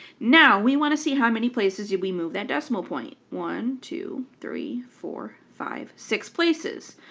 now we want to see how many places did we move that decimal point one, two, three, four, five, six places,